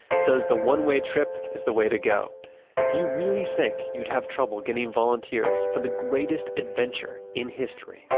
says the one-way trip is the way to go. do you really think you'd have trouble getting volunteers for the greatest adventure in history?